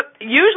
Usually